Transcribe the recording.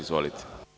Izvolite.